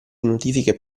notifiche